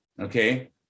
okay